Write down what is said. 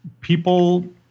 people